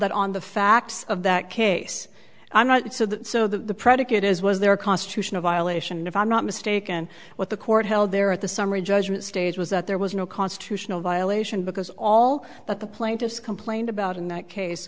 that on the facts of that case i'm not so that so the predicate as was their constitutional violation if i'm not mistaken what the court held there at the summary judgment stage was that there was no constitutional violation because all that the plaintiffs complained about in that case